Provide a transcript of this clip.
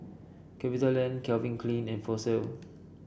Capitaland Calvin Klein and Fossil